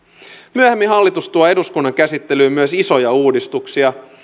myöhemmin hallitus tuo eduskunnan käsittelyyn myös isoja uudistuksia